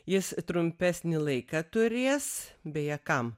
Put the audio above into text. jis trumpesnį laiką turės beje kam